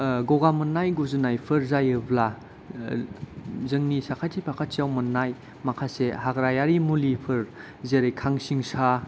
गगा मोननाय गुजुनायफोर जायोब्ला जोंनि साखाथि फाखाथियाव मोननाय माखासे हाग्रायारि मुलिफोर जेरै खांसिंसा